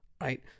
Right